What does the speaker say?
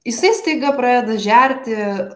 jisai staiga pradeda žerti